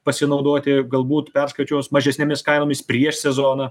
pasinaudoti galbūt perskaičiuos mažesnėmis kainomis prieš sezoną